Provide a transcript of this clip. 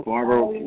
Barbara